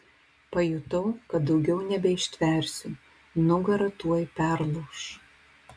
pajutau kad daugiau nebeištversiu nugara tuoj perlūš